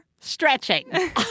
stretching